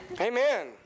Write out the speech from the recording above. amen